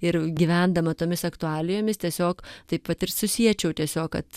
ir gyvendama tomis aktualijomis tiesiog taip pat ir susiečiau tiesiog kad